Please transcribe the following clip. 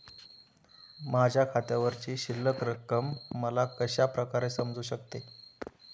माझ्या खात्यावरची शिल्लक रक्कम मला कशा प्रकारे समजू शकते?